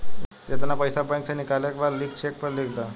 जेतना पइसा बैंक से निकाले के बा लिख चेक पर लिख द